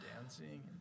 dancing